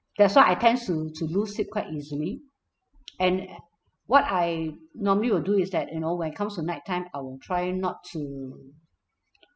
that's why I tends to to lose sleep quite easily and what I normally will do is that you know when it comes to nighttime I will try not to